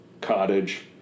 cottage